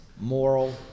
moral